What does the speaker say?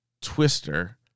Twister